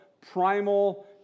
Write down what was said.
primal